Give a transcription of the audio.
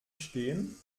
stehen